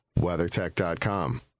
WeatherTech.com